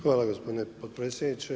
Hvala gospodin potpredsjedniče.